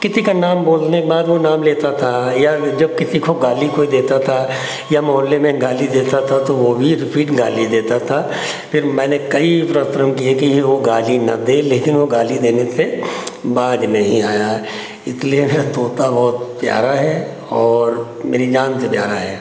किसी का नाम बोलने के बाद वह नाम लेता था या जब किसी खूब गाली कोई देता था या मोहल्ले में गाली देता था तो वह भी रिपीट गाली देता था फिर मैंने कई परिश्रम किए कि वह गाली न दे लेकिन वह गाली देने से बाज नहीं आया इसलिए हँ तोता बहुत प्यारा है और मेरी जान से प्यारा है